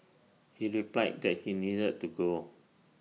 he replied that he needed to go